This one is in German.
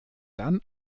dann